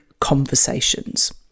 conversations